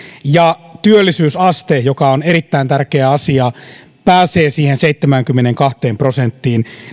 ja työllisyysaste joka on erittäin tärkeä asia pääsee näillä näkymin siihen seitsemäänkymmeneenkahteen prosenttiin